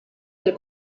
del